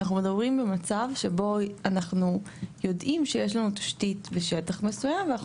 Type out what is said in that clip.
אנחנו מדברים במצב שבו אנחנו יודעים שיש לנו תשתית בשטח מסוים ואנחנו